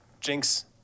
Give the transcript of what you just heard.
Jinx